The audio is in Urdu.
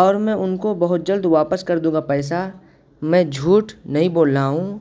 اور میں ان کو بہت جلد واپس کر دوں گا پیسہ میں جھوٹ نہیں بول رہا ہوں